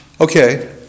Okay